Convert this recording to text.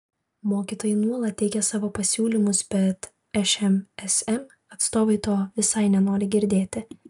mokytojai nuolat teikia savo pasiūlymus bet šmsm atstovai to visai nenori girdėti